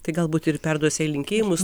tai galbūt ir perduosi jai linkėjimus